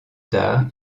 tard